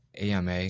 AMA